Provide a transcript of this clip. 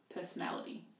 personality